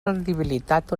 rendibilitat